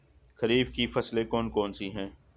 खरीफ की फसलें कौन कौन सी हैं?